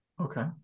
okay